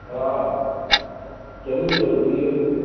हा जरूर जरूर मिली वेदी